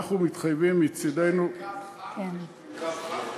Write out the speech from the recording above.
אנחנו מתחייבים מצדנו, יש לכם קו חם כזה?